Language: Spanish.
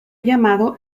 llamado